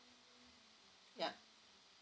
yup